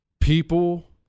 People